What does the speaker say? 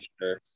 sure